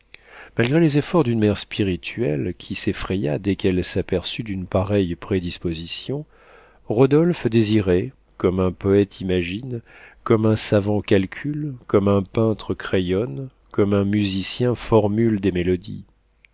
malgré les efforts d'une mère spirituelle qui s'effraya dès qu'elle s'aperçut d'une pareille prédisposition rodolphe désirait comme un poëte imagine comme un savant calcule comme un peintre crayonne comme un musicien formule des mélodies